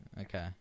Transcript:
Okay